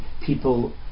people